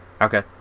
Okay